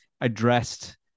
addressed